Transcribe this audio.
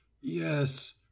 Yes—